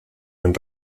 ven